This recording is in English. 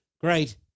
great